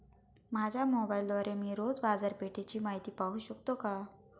माझ्या मोबाइलद्वारे मी रोज बाजारपेठेची माहिती पाहू शकतो का?